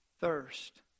thirst